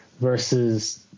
versus